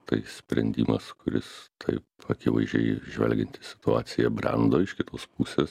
kai sprendimas kuris taip akivaizdžiai žvelgiant į situaciją brendo iš kitos pusės